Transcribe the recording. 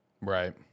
Right